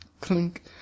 Clink